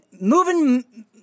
moving